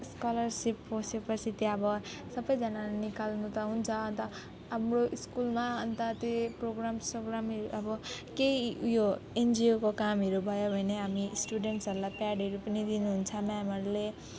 scholarship पसेपछि त्यहाँ अब सबैजनाले निकाल्नु त हुन्छ अन्त हाम्रो स्कुलमा अन्त त्यही प्रोग्राम स्रोग्रामहरू अब केही उयो एनजिओको कामहरू भयो भने हामी स्टुडेन्ट्सहरूलाई पेडहरू पनि दिनुहुन्छ मेमहरूले